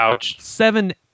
seven